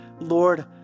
Lord